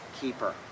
keeper